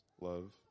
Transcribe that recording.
love